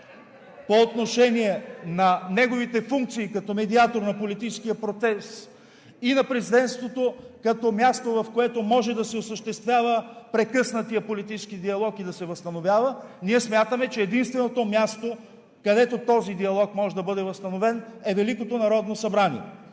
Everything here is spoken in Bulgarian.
по отношение на неговите функции като медиатор на политическия протест и на Президентството, като място, в което може да се осъществява прекъснатият политически диалог и да се възстановява, ние смятаме, че единственото място, където този диалог може да бъде възстановен, е Великото народно събрание.